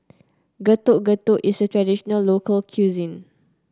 Getuk Getuk is a traditional local cuisine